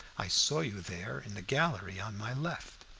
i saw you there, in the gallery on my left.